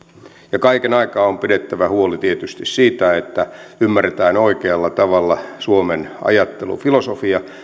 ja kaiken aikaa on pidettävä huoli tietysti siitä että ymmärretään oikealla tavalla suomen ajattelu filosofia